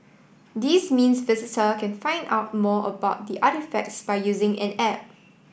this means visitor can find out more about the artefacts by using an app